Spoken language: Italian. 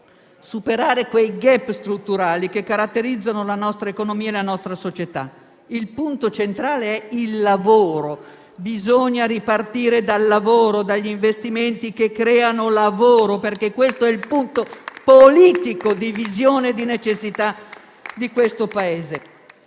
superare quei *gap* strutturali che caratterizzano la nostra economia e la nostra società. Il punto centrale è il lavoro. Bisogna ripartire dal lavoro, dagli investimenti che creano lavoro - questo è il punto politico di visione e di necessità del Paese